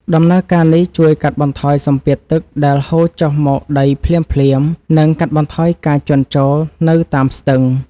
ដំណើរការនេះជួយកាត់បន្ថយសម្ពាធទឹកដែលហូរចុះមកដីភ្លាមៗនិងកាត់បន្ថយការជន់ជោរនៅតាមស្ទឹង។ដំណើរការនេះជួយកាត់បន្ថយសម្ពាធទឹកដែលហូរចុះមកដីភ្លាមៗនិងកាត់បន្ថយការជន់ជោរនៅតាមស្ទឹង។